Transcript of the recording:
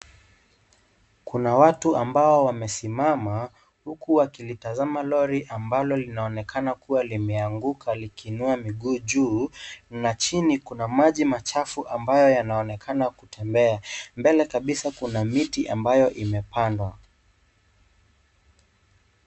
Kuna watu ambao wamesimama huku wakilitazama lori ambalo linaonekana kuwa limeanguka likiinua miguu juu na chini kuna maji machafu ambayo yanaoonekana kutembea, mbele kabisa kuna miti ambayo imepandwa.